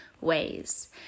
ways